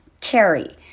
carry